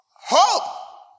Hope